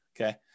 Okay